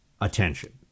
attention